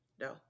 No